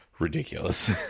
ridiculous